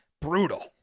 Brutal